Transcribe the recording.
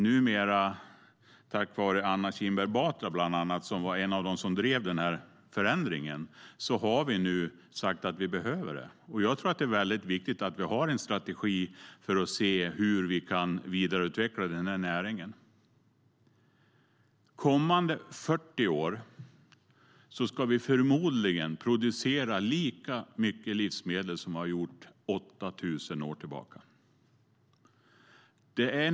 Numera tack vare bland annat Anna Kinberg Batra, som var en av dem som drev förändringen, har Moderaterna sagt att vi behöver en strategi. Det är viktigt att vi har en strategi för att se hur vi kan vidareutveckla näringen.De kommande 40 åren ska vi förmodligen producera lika mycket livsmedel som har producerats 8 000 år tillbaka.